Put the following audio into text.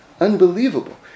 Unbelievable